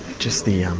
just the. um